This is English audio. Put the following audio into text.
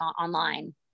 online